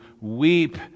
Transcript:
weep